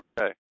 Okay